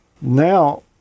Now